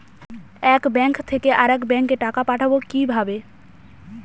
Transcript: এক ব্যাংক থেকে আরেক ব্যাংকে টাকা পাঠাবো কিভাবে?